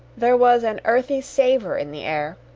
there was an earthy savour in the air,